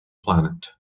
planet